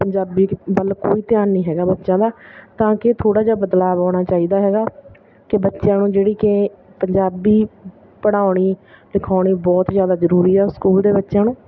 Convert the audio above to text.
ਪੰਜਾਬੀ ਵੱਲ ਕੋਈ ਧਿਆਨ ਨਹੀਂ ਹੈਗਾ ਬੱਚਿਆਂ ਦਾ ਤਾਂ ਕਿ ਥੋੜ੍ਹਾ ਜਿਹਾ ਬਦਲਾਵ ਆਉਣਾ ਚਾਹੀਦਾ ਹੈਗਾ ਕਿ ਬੱਚਿਆਂ ਨੂੰ ਜਿਹੜੀ ਕਿ ਪੰਜਾਬੀ ਪੜ੍ਹਾਉਣੀ ਲਿਖਾਉਣੀ ਬਹੁਤ ਜ਼ਿਆਦਾ ਜ਼ਰੂਰੀ ਆ ਸਕੂਲ ਦੇ ਬੱਚਿਆਂ ਨੂੰ